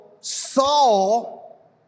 Saul